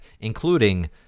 including